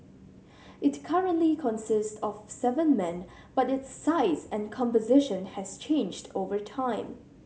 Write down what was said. it currently consists of seven men but its size and composition has changed over time